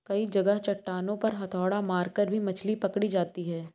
कई जगह चट्टानों पर हथौड़ा मारकर भी मछली पकड़ी जाती है